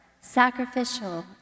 sacrificial